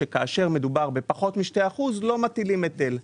שכאשר מדובר בפחות מ-2% לא מטילים היטל.